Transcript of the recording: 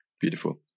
Beautiful